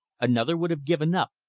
another would have given up,